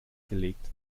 gelegt